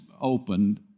opened